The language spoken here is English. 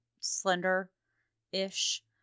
Slender-ish